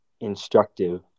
instructive